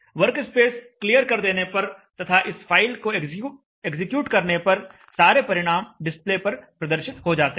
workspace clear कर देने पर तथा इस फाइल को एग्जीक्यूट करने पर सारे परिणाम डिस्प्ले पर प्रदर्शित हो जाते हैं